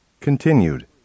Continued